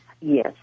Yes